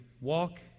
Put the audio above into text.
walk